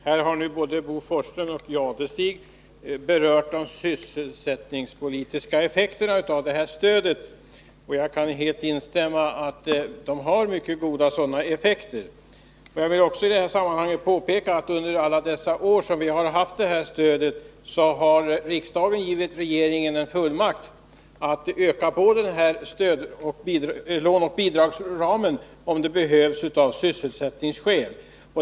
Herr talman! Här har nu både Bo Forslund och Thure Jadestig berört de sysselsättningspolitiska effekterna av det här stödet, och jag kan helt instämma i att stödet har haft mycket goda sådana effekter. Jag vill också i detta sammanhang påpeka att riksdagen under de år som vi haft detta stöd har givit regeringen en fullmakt att öka på låneoch bidragsramen, om det behövs av sysselsättningsskäl.